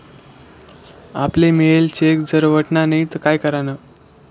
आपले mail check जर वटना नै ते काय करानं?